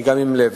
גם עם לב.